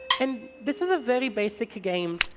and this is a very basic game,